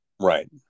Right